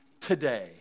today